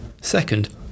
Second